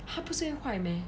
!huh! 不是会坏 meh